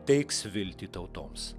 teiks viltį tautoms